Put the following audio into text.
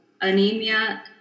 Anemia